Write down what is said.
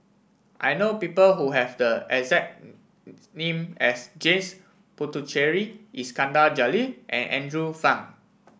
I know people who have the exact name as James Puthucheary Iskandar Jalil and Andrew Phang